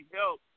help